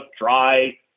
dry